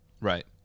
Right